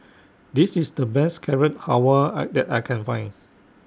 This IS The Best Carrot Halwa I that I Can Find